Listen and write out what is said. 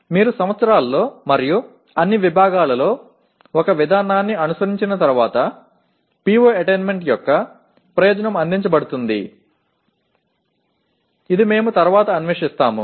మీరు సంవత్సరాల్లో మరియు అన్ని విభాగాలలో ఒక విధానాన్ని అనుసరించిన తర్వాత PO అటైన్మెంట్ యొక్క ప్రయోజనం అందించబడుతుంది ఇది మేము తరువాత అన్వేషిస్తాము